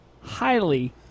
highly